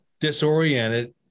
disoriented